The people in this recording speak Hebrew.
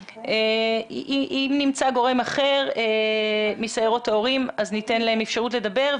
אם נמצא גורם אחר מסיירות ההורים אז ניתן להם אפשרות לדבר,